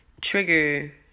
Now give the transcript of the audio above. trigger